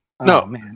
No